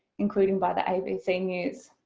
including by the abc news.